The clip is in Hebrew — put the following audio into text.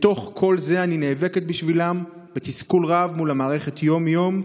בתוך כל זה אני נאבקת בשבילם בתסכול רב מול המערכת יום-יום,